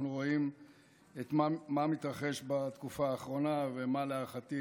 אנחנו רואים מה מתרחש בתקופה האחרונה ומה להערכתי